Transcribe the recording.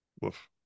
Woof